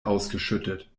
ausgeschüttet